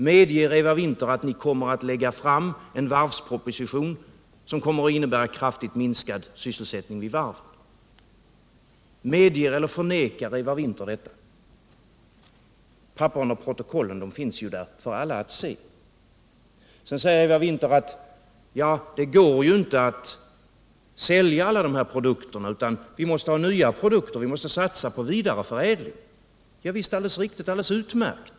Medger Eva Winther att regeringen skall lägga fram en varvsproposition som kommer att innebära en kraftigt minskad sysselsättning vid varven? Medger eller förnekar Eva Winther detta? Papperen och protokollen i samband med dessa frågor finns ju för alla att läsa, Eva Winther säger: Det går ju inte att sälja alla de här produkterna, utan vi måste ha nya produkter och vi måste satsa på vidareförädling. Javisst, alldeles riktigt! Utmärkt!